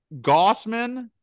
gossman